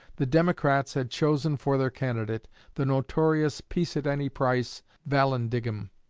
the democrats had chosen for their candidate the notorious peace-at-any-price vallandigham,